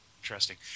interesting